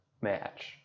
match